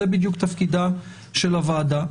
זה בדיוק תפקידה של הוועדה.